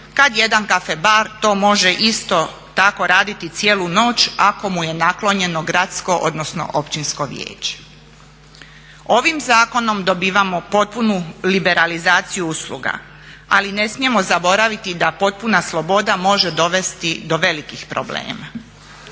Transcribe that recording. kad jedan caffe bar to može isto tako raditi cijelu noć ako mu je naklonjeno gradsko odnosno općinsko vijeće. Ovim zakonom dobivamo potpunu liberalizaciju usluga, ali ne smijemo zaboraviti da potpuna sloboda može dovesti do velikih problema.